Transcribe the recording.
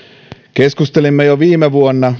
keskustelimme jo viime vuonna